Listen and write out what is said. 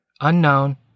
unknown